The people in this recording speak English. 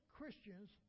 Christians